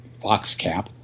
Foxcap